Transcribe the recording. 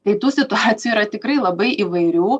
kai tų situacijų yra tikrai labai įvairių